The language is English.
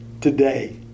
today